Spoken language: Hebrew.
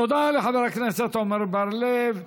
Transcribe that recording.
תודה לחבר הכנסת עמר בר-לב.